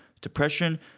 depression